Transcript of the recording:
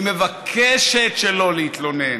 היא מבקשת שלא להתלונן,